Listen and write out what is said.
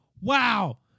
Wow